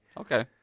Okay